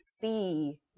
see